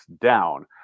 down